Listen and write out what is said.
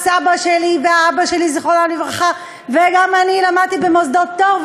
הסבא שלי והאבא שלי זכרם לברכה וגם אני למדנו במוסדות פטור,